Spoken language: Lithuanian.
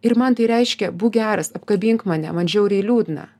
ir man tai reiškia būk geras apkabink mane man žiauriai liūdna